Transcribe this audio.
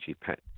pet